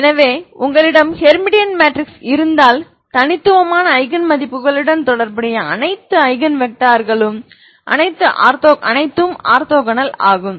எனவே உங்களிடம் Hermitian matrix இருந்தால் தனித்துவமான ஐகன் மதிப்புகளுடன் தொடர்புடைய அனைத்து ஐகன் வெக்டார்களும் அனைத்தும் ஆர்த்தோகனல் ஆகும்